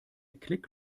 klick